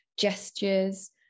gestures